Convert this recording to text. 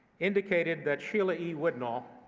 indicated that sheila e. widnall,